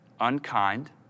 unkind